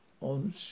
on